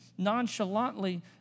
nonchalantly